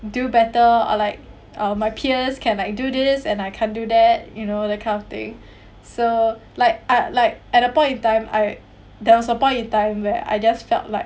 do better or like uh my peers can like do this and I can't do that you know that kind of thing so like at like at a point in time I there was a point in time where I just felt like